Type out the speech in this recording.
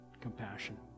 compassion